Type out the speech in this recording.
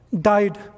died